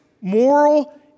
moral